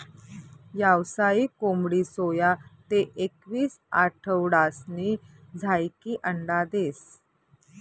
यावसायिक कोंबडी सोया ते एकवीस आठवडासनी झायीकी अंडा देस